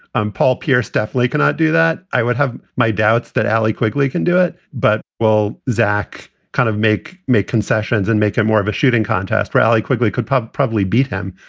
um paul pierce definitely cannot do that. i would have my doubts that allie quigley can do it, but well, zach kind of make make concessions and make it more of a shooting contest rally. quigley could probably probably beat him,